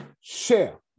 share